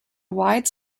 wide